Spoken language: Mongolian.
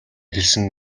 хэлсэн